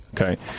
Okay